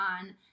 on